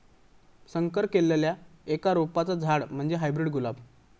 संकर केल्लल्या एका रोपाचा झाड म्हणजे हायब्रीड गुलाब